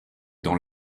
dans